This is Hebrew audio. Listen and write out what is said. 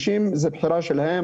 זאת בחירה שלהם,